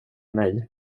nej